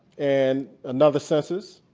and another census.